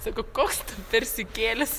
sakau koks persikėlis